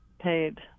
paid